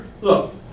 look